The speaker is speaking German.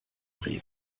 rewe